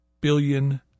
billion